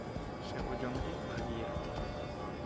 ᱥᱮ ᱳᱡᱚᱱᱜᱮ ᱵᱷᱟᱹᱜᱤᱭᱟ